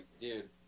dude